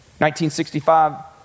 1965